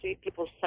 people